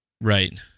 Right